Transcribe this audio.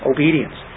Obedience